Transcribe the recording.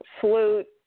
flute